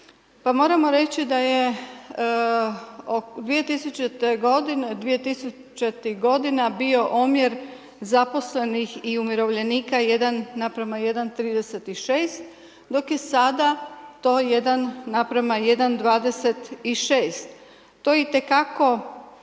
Pa moramo reći da je 2000. g. bio omjer zaposlenih i umirovljenika 1 naprama 1,36 dok je sada to 1 naprama 1,26. To itekako